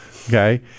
Okay